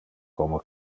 como